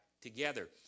together